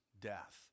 death